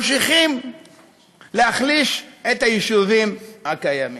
ממשיכים להחליש את היישובים הקיימים.